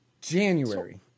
January